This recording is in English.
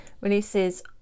releases